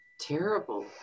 terrible